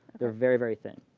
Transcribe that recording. they're very very thin.